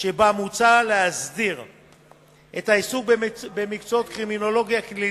שבה מוצע להסדיר את העיסוק במקצועות קרימינולוגיה קלינית,